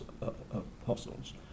apostles